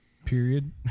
Period